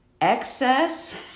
excess